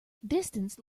distance